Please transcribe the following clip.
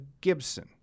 Gibson